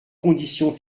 conditions